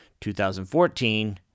2014